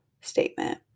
statement